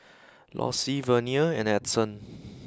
Lossie Vernia and Edson